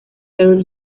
earl